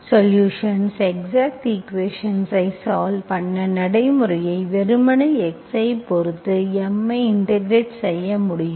solutions exact ஈக்குவேஷன்ஸ்ஐ solve பண்ண நடைமுறையை வெறுமனே x ஐ பொறுத்து M ஐ இன்டெகிரெட் செய்ய முடியும்